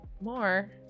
more